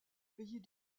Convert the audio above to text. pays